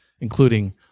including